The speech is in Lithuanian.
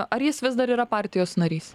ar jis vis dar yra partijos narys